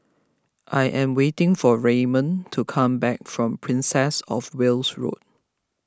I am waiting for Raymond to come back from Princess of Wales Road